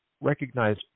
recognize